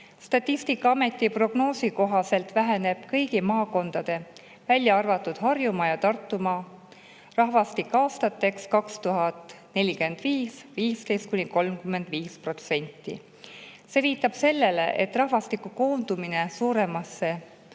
Statistikaameti prognoosi kohaselt väheneb kõigi maakondade, välja arvatud Harjumaa ja Tartumaa, rahvastik 2045. aastaks 15–35%. See viitab sellele, et rahvastiku koondumine suurematesse